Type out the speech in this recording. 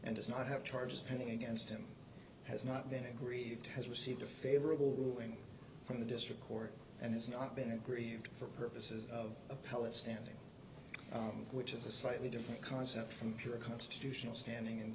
and does not have charges pending against him has not been agreed has received a favorable ruling from the district court and has not been agreed to for purposes of appellate standing which is a slightly different concept from your constitutional standing in the